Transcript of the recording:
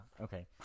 Okay